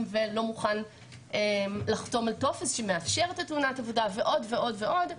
ולא מוכן לחתום על טופס שמאפשר את תאונת העבודה ועוד ועוד ועוד.